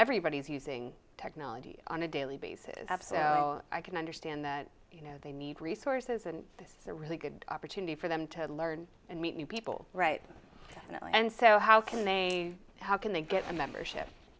everybody is using technology on a daily basis of so i can understand that you know they need resources and this is a really good opportunity for them to learn and meet new people right and so how can they how can they get a membership